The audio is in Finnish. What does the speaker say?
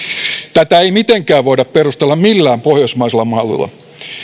tätä ei mitenkään voida perustella millään pohjoismaisella mallilla